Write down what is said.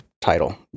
title